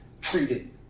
treated